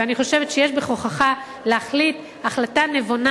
ואני חושבת שיש בכוחך להחליט החלטה נבונה,